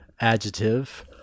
adjective